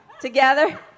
Together